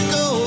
go